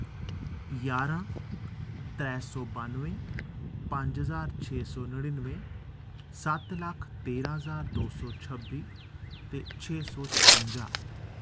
ञारां त्रै सौ बानवे पंज ज्हार छे सौ नड़ीनवें सत्त लक्ख तेरां ज्हार दो सौ छब्बी ते छे सौ छपुंजा